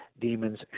demons